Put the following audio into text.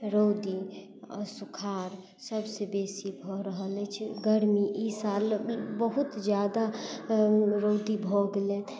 रौदी आ सुखाड़ सबसे बेसी भऽ रहल अछि गर्मी ई साल बहुत जादा रौदी भऽ गेलै